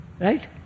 Right